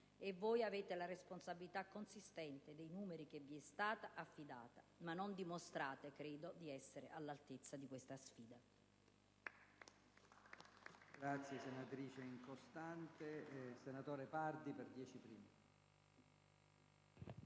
e voi avete la responsabilità consistente che vi è stata affidata dai numeri, ma non dimostrate, credo, di essere all'altezza di questa sfida.